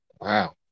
Wow